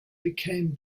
became